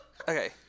Okay